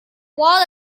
wall